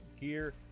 gear